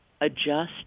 adjust